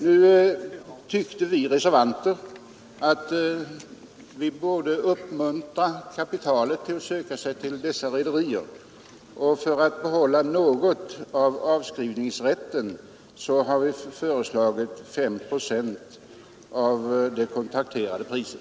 Nu tyckte vi reservanter att vi borde uppmuntra kapitalet att söka sig till dessa rederier, och för att behålla något av avskrivningsrätten har vi föreslagit 5 procent av det kontrakterade priset.